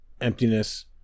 emptiness